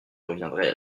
reviendrai